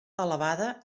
elevada